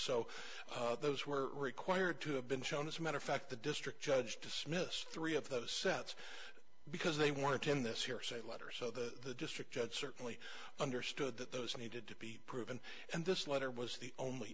so those were required to have been shown as a matter of fact the district judge dismissed three of those sets because they wanted to end this hearsay letter so the district judge certainly understood that those needed to be proven and this letter was the only